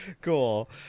Cool